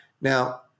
Now